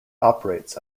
operates